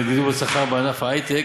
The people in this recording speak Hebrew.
בשכר בענף ההיי-טק,